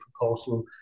proposal